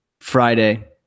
Friday